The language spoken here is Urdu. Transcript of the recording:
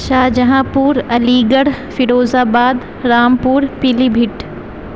شاہجہاں پور علی گڑھ فیروز آباد رامپور پیلی بھیت